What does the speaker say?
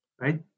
right